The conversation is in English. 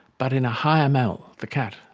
but in a higher mammal, the cat.